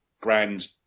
Grand